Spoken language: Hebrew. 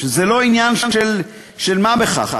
וזה לא עניין של מה בכך.